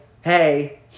hey